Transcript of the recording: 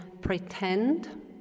pretend